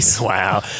Wow